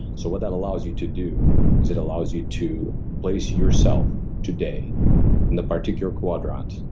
so what that allows you to do is it allows you to place yourself today in the particular quadrant,